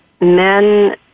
men